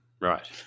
right